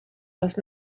los